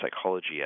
psychology